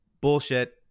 Bullshit